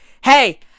hey